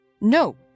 No